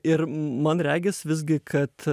ir man regis visgi kad